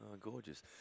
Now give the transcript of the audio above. Gorgeous